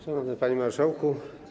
Szanowny Panie Marszałku!